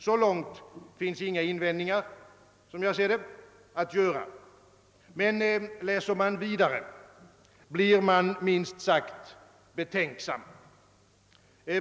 Så långt finns inga invändningar att göra, men läser man vidare, blir man minst sagt betänksam.